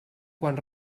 quan